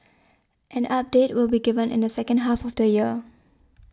an update will be given in the second half of the year